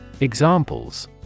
Examples